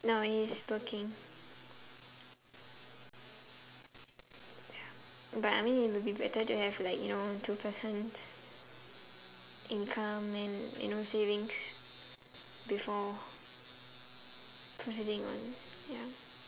no he's working but I mean it will be better to have like you know two persons income and you know savings before proceeding on ya